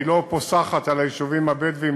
לא פוסחת על היישובים הבדואיים,